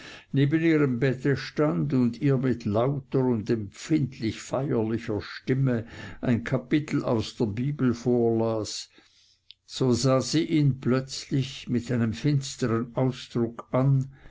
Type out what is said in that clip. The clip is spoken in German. neben ihrem bette stand und ihr mit lauter und empfindlich feierlicher stimme ein kapitel aus der bibel vorlas so sah sie ihn plötzlich mit einem finstern ausdruck an